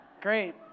great